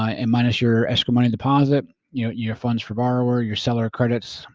and minus your escrow money deposit, your your funds for borrower, your seller credits.